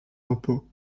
repos